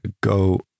go